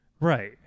right